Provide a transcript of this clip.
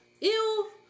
Ew